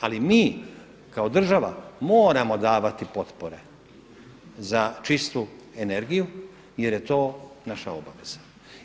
Ali mi kao država moramo davati potpore za čistu energiju jer je to naša obaveza.